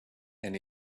and